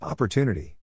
Opportunity